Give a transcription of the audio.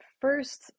first